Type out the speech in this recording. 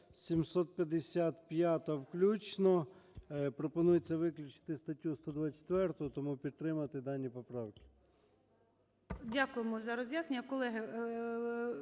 755 включно. Пропонується виключити статтю 124, тому підтримати дані поправки.